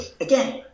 again